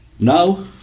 Now